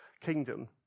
kingdom